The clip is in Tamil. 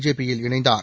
ஜேபி யில் இணைந்தார்